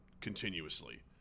continuously